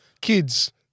Kids